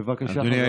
בבקשה.